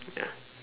ya